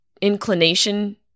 inclination